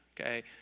okay